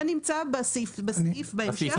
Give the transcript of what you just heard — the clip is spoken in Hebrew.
זה נמצא בסעיף בהמשך.